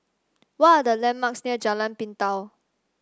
what are the landmarks near Jalan Pintau